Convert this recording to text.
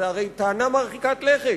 זאת הרי טענה מרחיקת לכת.